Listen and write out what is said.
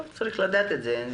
צריך לדעת את זה.